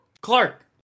Clark